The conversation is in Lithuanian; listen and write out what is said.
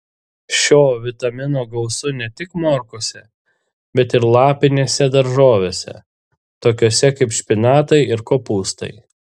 šio vitamino gausu ne tik morkose bet ir lapinėse daržovėse tokiose kaip špinatai ir kopūstai